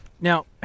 Now